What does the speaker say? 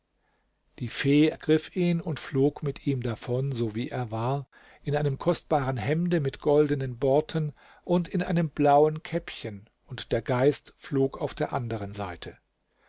die fee ergriff ihn und flog mit ihm davon so wie er war in einem kostbaren hemde mit goldenen borten und in einem blauen käppchen und der geist flog auf der anderen seite